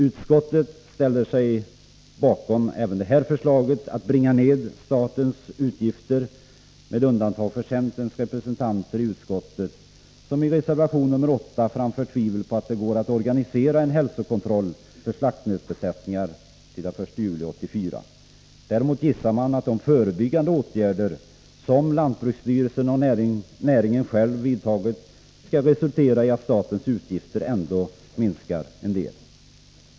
Utskottet ställer sig bakom det här förslaget att bringa ned statens utgifter, med undantag för centerns representanter i utskottet, som i reservation nr 8 framför tvivel på att det går att organisera en hälsokontroll för slaktnötsbesättningar till den 1 juli 1984. Däremot gissar man att de förebyggande åtgärder som lantbruksstyrelsen och näringen själv vidtagit skall resultera i att statens utgifter ändå minskar en del.